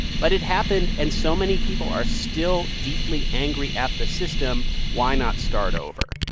but it happened and so many people are still deeply angry at the system. why not start over?